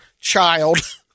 child